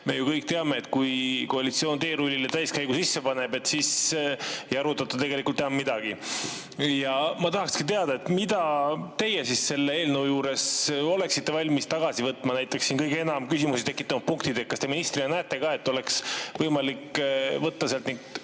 Me ju kõik teame, et kui koalitsioon teerullile täiskäigu sisse paneb, siis ei arutata tegelikult enam midagi. Ma tahakski teada, mida teie selle eelnõu puhul oleksite valmis tagasi võtma. Näiteks siin kõige enam küsimusi tekitanud punktid – kas te ministrina näete, et oleks võimalik võtta neid